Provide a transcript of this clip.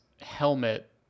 helmet